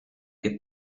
che